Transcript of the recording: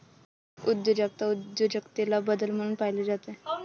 उद्योजकता उद्योजकतेला बदल म्हणून पाहिले जाते